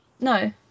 No